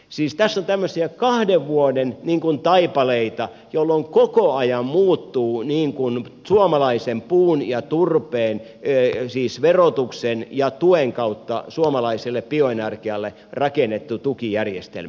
siis tässä on niin kuin tämmöisiä kahden vuoden taipaleita jolloin koko ajan muuttuu suomalaisen puun ja turpeen verotuksen ja tuen kautta suomalaiselle bioenergialle rakennettu tukijärjestelmä